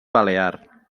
balear